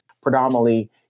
predominantly